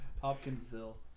Hopkinsville